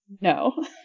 No